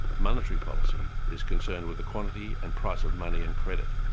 monetary policy is concerned with the quantity and price of money and credit,